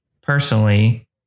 personally